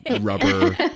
rubber